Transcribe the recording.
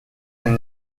and